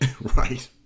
Right